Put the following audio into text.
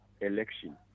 election